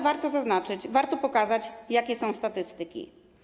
Warto zaznaczyć, warto pokazać, jakie są statystyki.